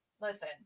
listen